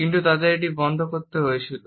কিন্তু তাদের এটি বন্ধ করতে হয়েছিল